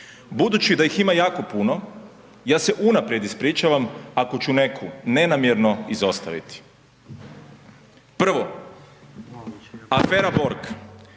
Budući da ih ima jako puno ja se unaprijed ispričavam ako ću neku nenamjerno izostaviti. Prvo afera Borg,